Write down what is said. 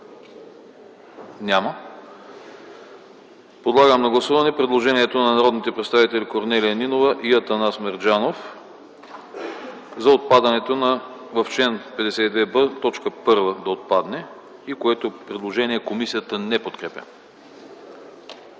Няма. Подлагам на гласуване предложението на народните представители Корнелия Нинова и Атанас Мерджанов -§ 30 по вносител да отпадне, което предложение комисията не подкрепя.